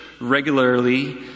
regularly